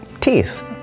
teeth